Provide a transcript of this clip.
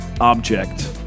object